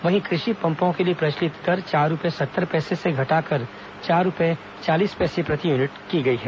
वहीं कृषि पम्पों के लिए प्रचलित दर चार रूपये सत्तर पैसे से घटाकर चार रूपये चालीस पैसे प्रति यूनिट की गई है